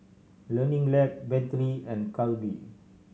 Learning Lab Bentley and Calbee